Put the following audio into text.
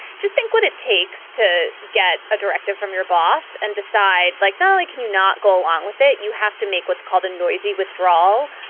just think what it takes to get a directive from your boss and decide like not only can you not go along with it, you have to make what's called a noisy withdrawal.